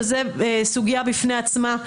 שזו סוגיה בפני עצמה,